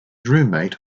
roommate